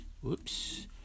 Whoops